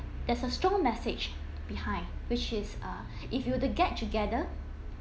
there is a strong message behind which is uh if you were to get together